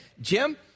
Jim